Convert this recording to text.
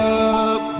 up